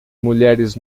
mulheres